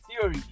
theory